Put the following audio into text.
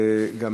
וגם,